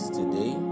today